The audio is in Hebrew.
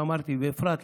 ואפרת,